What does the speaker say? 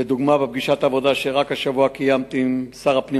לדוגמה: בפגישת עבודה שרק השבוע קיימתי עם שר הפנים